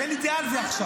שאין לי דעה על זה עכשיו,